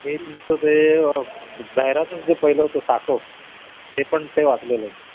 मी तुमचं ते जाहीरातच जे पहिलं होतं साखर ते पण ते वाचलेलं